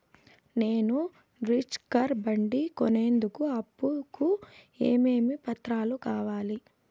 నేను ద్విచక్ర బండి కొనేందుకు అప్పు కు ఏమేమి పత్రాలు కావాలి?